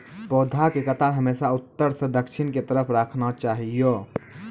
पौधा के कतार हमेशा उत्तर सं दक्षिण के तरफ राखना चाहियो